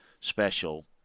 special